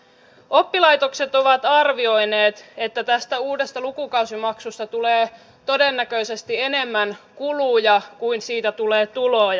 oppilaitokset ovat arvioineet että tästä uudesta lukukausimaksusta tulee todennäköisesti enemmän kuluja kuin siitä tulee tuloja